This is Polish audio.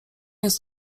jest